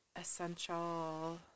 essential